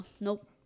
nope